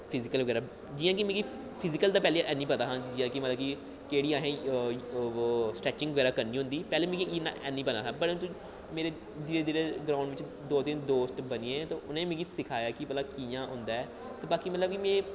physical बगैरा जि'यां कि मिगी फिजिकल दा हैनी पता हा कि केह्ड़ी असें स्टैचिंग बगैरा करनी होंदी पैह्लें मिगी इन्नी ऐनी पता हा परंतु मेरे धीरे धीरे ग्राउंड़ बिच्च दो तिन्न दोस्त बनी गे ते उ'नें मिगी सखाया कि कि'यां होंदा ऐ ते बाकी में